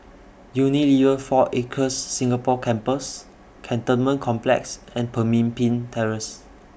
Unilever four Acres Singapore Campus Cantonment Complex and Pemimpin Terrace